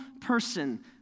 person